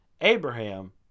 Abraham